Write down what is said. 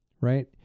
right